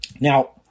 Now